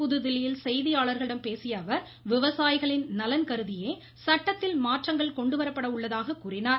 புதுதில்லியில் செய்தியாளர்களிடம் பேசியஅவர் விவசாயிகளின் நலன் கருதியே சட்டத்தில் மாற்றங்கள் கொண்டுவரப்பட உள்ளதாகக் கூறினார்